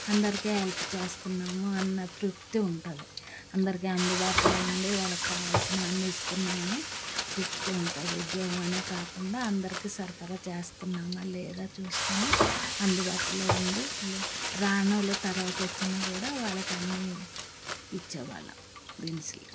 అందరికీ హెల్ప్ చేస్తున్నాము అన్న తృప్తి ఉంటుంది అందరికి అందుబాటులో ఉండి వాళ్ళకి కావాల్సినవన్నీ ఇస్తున్నామని తృప్తి ఉంటది ఉద్యోగమనే కాకుండా అందరికి సరఫరా చేస్తున్నామా లేదా చూసుకొని అందుబాటులో ఉండి లే రానోళ్ళు తర్వాత వచ్చినా కూడా వాళ్ళకన్నీ ఇచ్చేవాళ్ళం దినుసులు